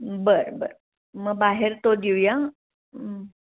बरं बरं मग बाहेर तो देऊया